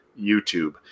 YouTube